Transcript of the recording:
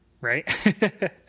Right